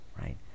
right